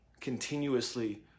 continuously